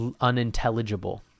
unintelligible